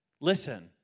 Listen